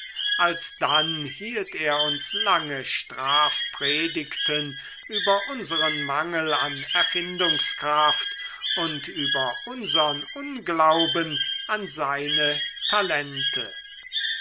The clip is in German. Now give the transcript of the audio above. alsdann hielt er uns lange strafpredigten über unseren mangel an erfindungskraft und über unsern unglauben an seine talente